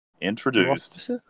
introduced